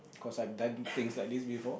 cause I've done few things like this before